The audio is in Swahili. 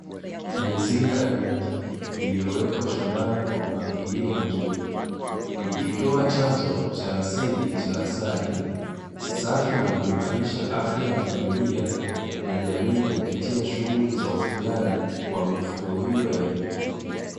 Mizinga ya nyuki iliyokwa shambani kwa mpangilio mzuri, ikitoa chanzo cha asili cha asali safi na kuimarisha afya ya familia na jamii kupitia shughuli za ufugaji wa mifugo hiyo ya nyuki.